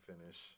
finish